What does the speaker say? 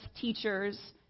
teachers